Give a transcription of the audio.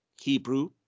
hebrew